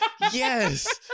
yes